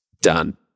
done